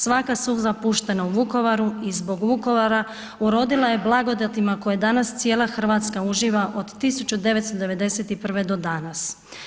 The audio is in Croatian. Svaka suza puštena u Vukovaru i zbog Vukovara urodila je blagodatima koje danas cijela Hrvatska uživa od 1991. do danas.